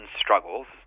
struggles